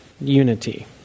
unity